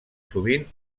sovint